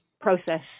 process